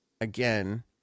again